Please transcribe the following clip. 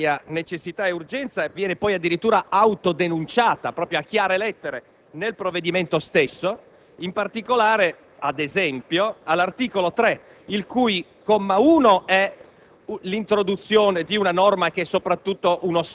La mancanza di straordinaria necessità ed urgenza viene poi addirittura autodenunciata a chiare lettere nel provvedimento stesso, in particolare, ad esempio, nell'articolo 3, il cui comma 1